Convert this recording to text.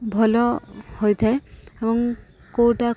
ଭଲ ହୋଇଥାଏ ଏବଂ କେଉଁଟା